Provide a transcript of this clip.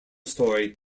story